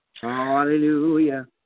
Hallelujah